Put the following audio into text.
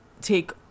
take